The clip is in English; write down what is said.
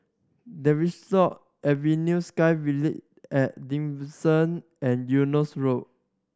Tavistock Avenue SkyVille At and Eunos Road